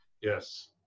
yes